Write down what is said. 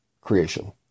creation